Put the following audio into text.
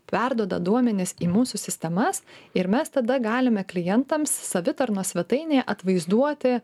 perduoda duomenis į mūsų sistemas ir mes tada galime klientams savitarnos svetainėje atvaizduoti